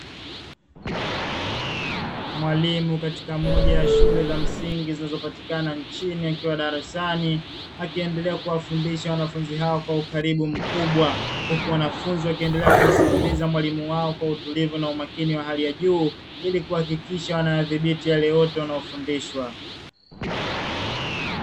Mwalimu katika moja ya shule za msingi zinazopatikana nchini akiwa darasani, akiendelea kuwafundisha wanafunzi hao kwa ukaribu mkubwa, huku wanafunzi wakiendelea kumsikiliza mwalimu wao kwa utulivu na umakini wa hali ya juu ili kuhakikisha wanayadhibiti yale yote wanayofundishwa.